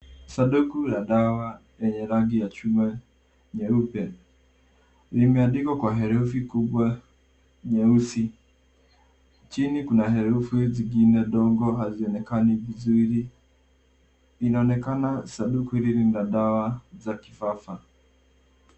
Sanduku la dawa lenye rangi ya chungwa na nyeupe limeandikwa kwa herufi kubwa nyeusi. Chini kuna herufi nyingine ndogo hazionekani vizuri. Inaonekana sanduku hili lina dawa za kifafa.